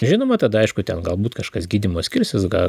žinoma tada aišku ten galbūt kažkas gydymo skirsis gal